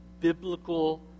biblical